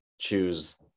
choose